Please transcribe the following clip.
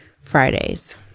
Fridays